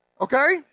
Okay